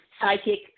psychic